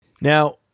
Now